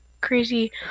crazy